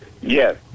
Yes